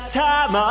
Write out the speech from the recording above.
time